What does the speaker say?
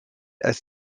als